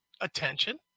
Attention